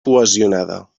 cohesionada